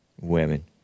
Women